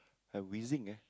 I have wheezing eh